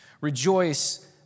Rejoice